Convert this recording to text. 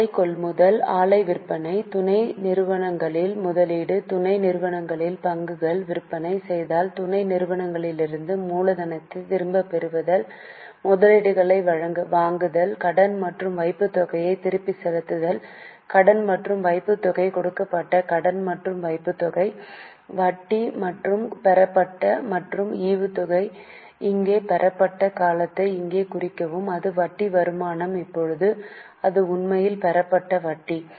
ஆலை கொள்முதல் ஆலை விற்பனை துணை நிறுவனங்களில் முதலீடு துணை நிறுவனங்களில் பங்குகளை விற்பனை செய்தல் துணை நிறுவனத்திலிருந்து மூலதனத்தை திரும்பப் பெறுதல் முதலீடுகளை வாங்குதல் கடன் மற்றும் வைப்புத்தொகையை திருப்பிச் செலுத்துதல் கடன் மற்றும் வைப்புத்தொகை கொடுக்கப்பட்ட கடன் மற்றும் வைப்புத்தொகை வட்டி மற்றும் பெறப்பட்ட மற்றும் ஈவுத்தொகை இங்கே பெறப்பட்ட காலத்தை இங்கே குறிக்கவும் அது வட்டி வருமானம் இப்போது அது உண்மையில் பெறப்பட்ட வட்டி